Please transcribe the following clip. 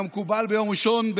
כמקובל ביום ראשון,